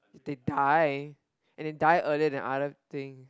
they die and they die earlier than other thing